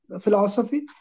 philosophy